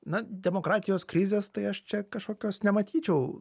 na demokratijos krizės tai aš čia kažkokios nematyčiau